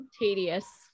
Tedious